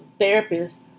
therapists